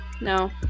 No